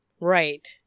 Right